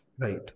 Right